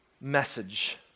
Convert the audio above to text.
message